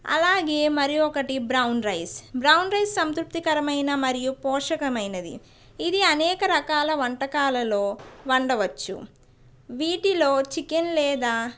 అలాగే మరి ఒకటి బ్రౌన్ రైస్ సంతృప్తికరమైన మరియు పోషకమైనది ఇది అనేక రకాల వంటకాలలో వండవచ్చు వీటిలో చికెన్ లేదా